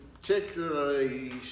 particularly